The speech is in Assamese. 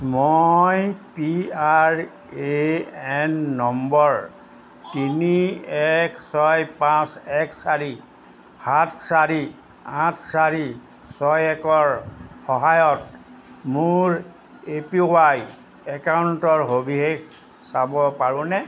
মই P R A N number তিনি এক ছয় পাঁচ এক চাৰি সাত চাৰি আঠ চাৰি ছয় একৰ সহায়ত মোৰ এ পি ৱাই একাউণ্টৰ সবিশেষ চাব পাৰোঁনে